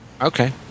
Okay